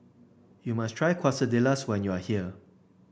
you must try Quesadillas when you are here